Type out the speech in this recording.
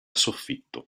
soffitto